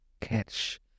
catch